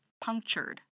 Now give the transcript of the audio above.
punctured